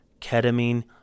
ketamine